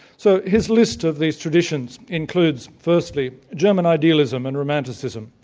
so his list of these traditions includes firstly german idealism and romanticism,